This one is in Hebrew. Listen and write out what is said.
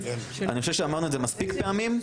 אני חושב שאמרנו את זה מספיק פעמים.